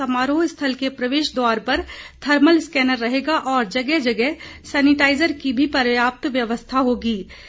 समारोह स्थल के प्रवेश द्वार पर थर्मल स्कैनर रहेगा और जगह जगह सैनिटाइजर की भी प्रर्याप्त व्यवस्था होगीं